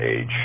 age